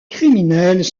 criminels